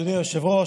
אדוני היושב-ראש,